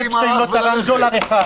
שאפשטיין לא תרם דולר אחד.